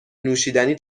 نوشیدنی